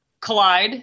collide